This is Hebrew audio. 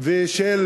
של